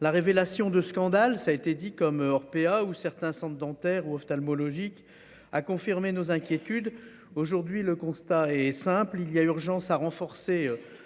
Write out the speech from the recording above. La révélation de scandales, ça a été dit comme Orpea où certains centres dentaires ou ophtalmologiques a confirmé nos inquiétudes aujourd'hui le constat est simple, il y a urgence à renforcer